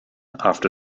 after